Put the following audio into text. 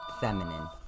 feminine